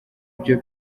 byo